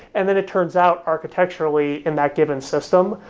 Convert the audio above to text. and then it turns out, architecturally, in that given system,